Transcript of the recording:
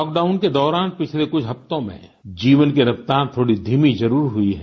lockdown के दौरान पिछले कुछ हफ्तों में जीवन की रफ्तार थोड़ा धीमी जरूर हुई है